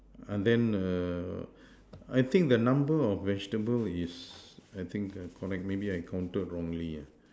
ah then err I think the number of vegetable is I think err correct maybe I counted wrongly ah